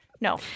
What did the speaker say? No